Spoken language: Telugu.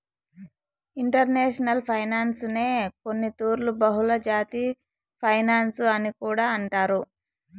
ఇంటర్నేషనల్ ఫైనాన్సునే కొన్నితూర్లు బహుళజాతి ఫినన్సు అని కూడా అంటారు